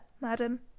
madam